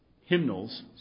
hymnals